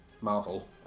marvel